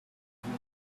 wound